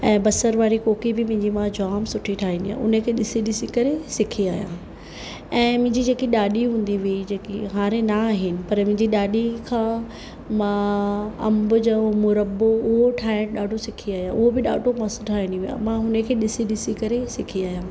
ऐं बसरु वारी कोकी बि मुंहिंजी माउ जाम सुठी ठाहींदी आहे उन्हीअ खे ॾिसी ॾिसी करे सिखी आहियां ऐं मुंहिंजी जेकी ॾाॾी हूंदी हुई जेकी हाणे न आहे पर मुंहिंजी ॾाॾी खां मां अंब जो मुरब्बो उहो ठाहिण ॾाढो सिखी आहियां उहो बि ॾाढो मस्तु ठाहींदी हुई मां उन्हीअ खे ॾिसी ॾिसी करे सिखी आहियां